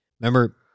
Remember